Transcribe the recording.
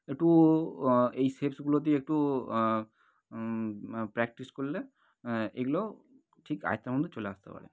এটু এই শেপসগুলো দিয়ে একটু প্র্যাক্টিস করলে এগুলো ঠিক আয়ত্তের মধ্যে চলে আসতে পারে